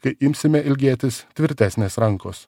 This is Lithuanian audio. kai imsime ilgėtis tvirtesnės rankos